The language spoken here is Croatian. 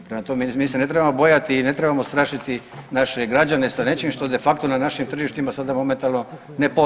Prema tome mi se ne trebamo bojati i ne trebamo strašiti naše građane sa nečim što de facto na našim tržištima sada momentalno na postoji.